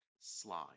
slide